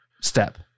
Step